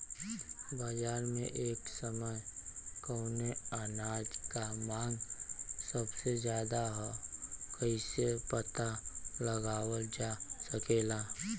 बाजार में एक समय कवने अनाज क मांग सबसे ज्यादा ह कइसे पता लगावल जा सकेला?